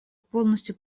полностью